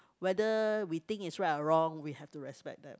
whether we think is right or wrong we have to respect them